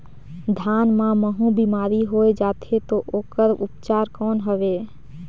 धान मां महू बीमारी होय जाथे तो ओकर उपचार कौन हवे?